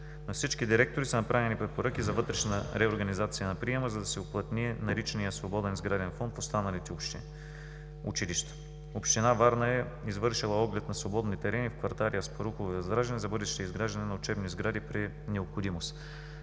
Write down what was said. На всички директори са направени препоръки за вътрешна реорганизация на приема, за да се уплътни наличният свободен сграден фонд в останалите училища. Община Варна е извършила оглед на свободни терени в кварталите „Аспарухово“ и „Възраждане“ за бъдещо изграждане на учебни сгради при необходимост.